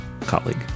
colleague